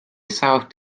south